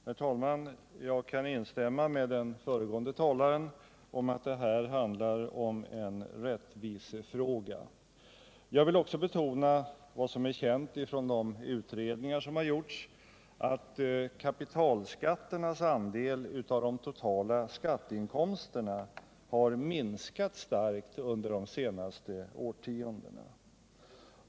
Herr talman! Jag kan instämma med den föregående talaren i att det här handlar om en rättvisefråga. Jag vill också betona vad som är känt från de utredningar som har gjorts, nämligen att kapitalskatternas andel av de totala skatteinkomsterna har minskat starkt under de senaste årtiondena.